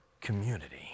community